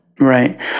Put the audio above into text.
Right